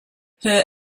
her